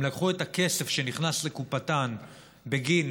הם לקחו את הכסף שנכנס לקופתם בגין